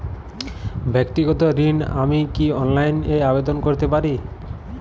ব্যাক্তিগত ঋণ আমি কি অনলাইন এ আবেদন করতে পারি?